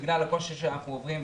בגלל הקושי שאנחנו עוברים.